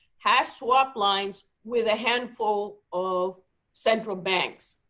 has swap lines with a handful of central banks.